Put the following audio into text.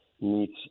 meets